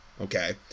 okay